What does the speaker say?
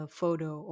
photo